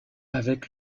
avec